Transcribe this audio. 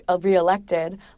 re-elected